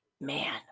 man